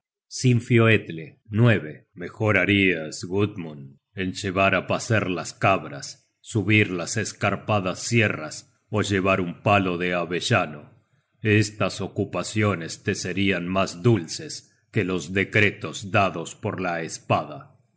suerte contraria sinfioetle mejor harias gudmund en llevar á pacer las cabras subir las escarpadas sierras ó llevar un palo de avellano estas ocupaciones te serian mas dulces que los decretos dados por la espada